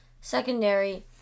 secondary